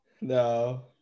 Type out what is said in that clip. no